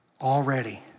Already